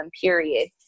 period